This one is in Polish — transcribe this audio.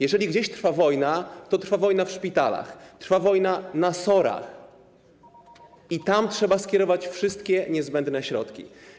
Jeżeli gdzieś trwa wojna, to trwa wojna w szpitalach, trwa wojna na SOR-ach i tam trzeba skierować wszystkie niezbędne środki.